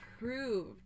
approved